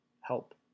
help